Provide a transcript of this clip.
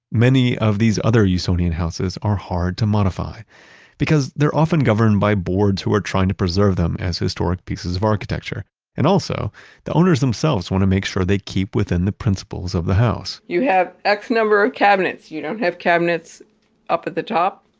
many of these other usonian houses are hard to modify because they're often governed by boards who are trying to preserve them as historic pieces of architecture and also the owners themselves want to make sure they keep within the principles of the house you have x number of cabinets, you don't have cabinets up at the top.